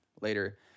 later